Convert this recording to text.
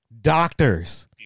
Doctors